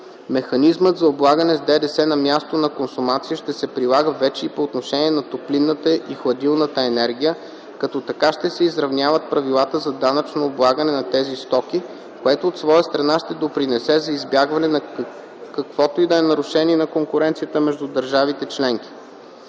Механизмът за облагане с ДДС на мястото на консумация ще се прилага вече и по отношение на топлинната и хладилната енергия, като така ще се изравнят правилата за данъчно облагане на тези стоки, което от своя страна ще допринесе за избягване на каквото и да е нарушение на конкуренцията между държавите членки.